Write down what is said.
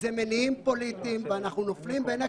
אנחנו נופלים בין הכיסאות.